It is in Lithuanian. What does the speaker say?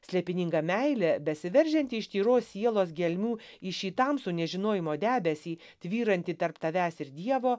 slėpininga meilė besiveržianti iš tyros sielos gelmių į šį tamsų nežinojimo debesį tvyrantį tarp tavęs ir dievo